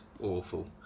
awful